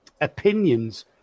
opinions